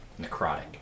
Necrotic